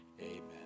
Amen